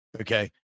Okay